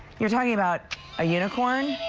you're talking about a unicorn.